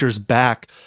Back